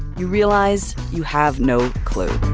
you realize you have no clue